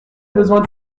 besoin